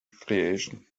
creation